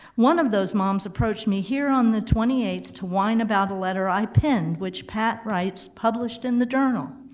one of those moms approached me here on the twenty eighth to whine about a letter i penned, which pat writes published in the journal.